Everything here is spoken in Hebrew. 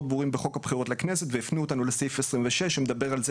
ברורים בחוק הבחירות לכנסת והפנו אותנו לסעיף 26 שמדבר על זה